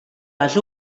les